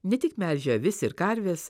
ne tik melžia avis ir karves